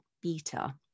beta